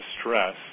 stress